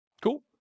Cool